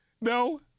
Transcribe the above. no